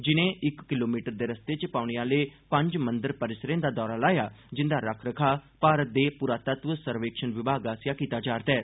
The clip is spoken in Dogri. जिनें इक किलोमीटर दे रस्ते च पौने आले पंज मंदर परिसरें दा दौरा लाया जिन्दा रखरखाव भारत दे पुरातत्व सर्वेक्षण विभाग आस्सेआ कीता जा'रदा ऐ